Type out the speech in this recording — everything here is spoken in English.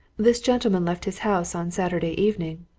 this gentleman left his house on saturday evening,